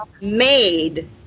made